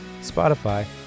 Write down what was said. Spotify